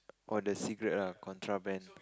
oh the cigarette ah contraband